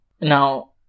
now